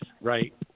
right